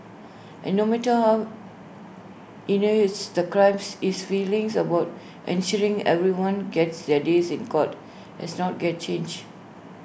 and no matter how heinous the crimes his feelings about ensuring everyone gets their days in court has not get changed